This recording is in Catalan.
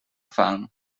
fang